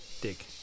Dig